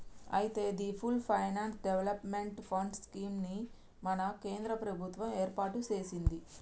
అయితే the full finance development fund scheme ని మన కేంద్ర ప్రభుత్వం ఏర్పాటు సెసింది